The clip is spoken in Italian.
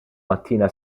mattina